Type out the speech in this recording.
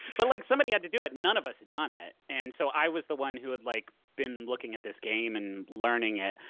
but like somebody had to do it, none of us had done it, and so i was the one who had like been looking at this game and learning it.